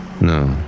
No